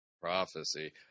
prophecy